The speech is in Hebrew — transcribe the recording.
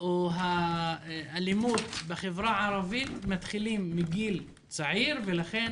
או האלימות בחברה הערבית מתחילים מגיל צעיר ולכן